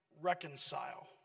reconcile